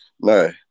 No